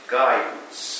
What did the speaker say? guidance